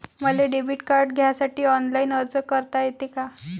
मले debit card घ्यासाठी online अर्ज करता येते का?